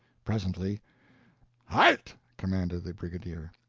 presently halt! commanded the brigadier.